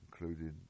including